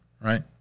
right